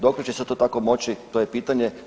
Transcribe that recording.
Dokle će se to tako moći to je pitanje.